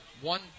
One